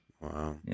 Wow